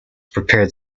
prepared